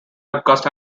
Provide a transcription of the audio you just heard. outcast